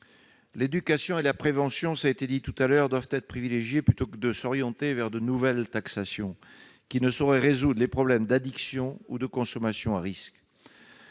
L'éducation et la prévention doivent être privilégiées- cela a été dit -plutôt que de s'orienter vers de nouvelles taxations, qui ne sauraient résoudre les problèmes d'addiction ou de consommation à risque.